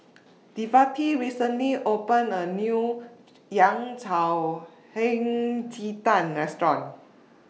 Devante recently opened A New Yao Cao Hei Ji Tang Restaurant